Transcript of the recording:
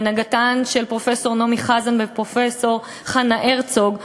בהנהגתן של פרופסור נעמי חזן ופרופסור חנה הרצוג,